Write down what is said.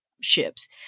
ships